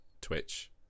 Twitch